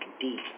deep